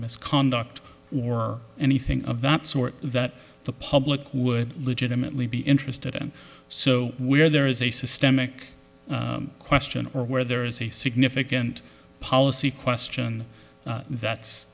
misconduct or anything of that sort that the public would legitimately be interested in so where there is a systemic question or where there is a significant policy question that's